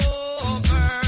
over